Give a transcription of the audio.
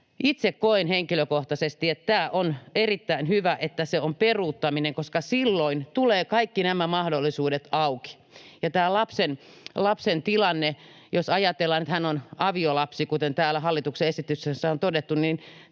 Itse koen henkilökohtaisesti, että on erittäin hyvä, että se on peruuttaminen, koska silloin tulevat kaikki nämä mahdollisuudet auki. Ja tämä lapsen tilanne: jos ajatellaan, että hän on aviolapsi, kuten täällä hallituksen esityksessä on todettu, niin